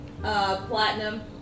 platinum